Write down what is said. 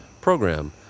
program